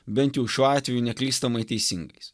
bent jau šiuo atveju neklystamai teisingais